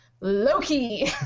Loki